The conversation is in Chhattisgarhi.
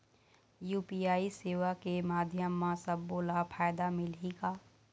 यू.पी.आई सेवा के माध्यम म सब्बो ला फायदा मिलही का?